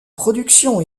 production